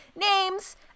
names